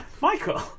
Michael